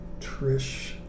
Trish